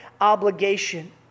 obligation